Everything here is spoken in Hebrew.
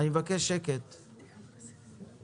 הנושא הזה הוא בנפשם של אנשים, בנפשם של חקלאים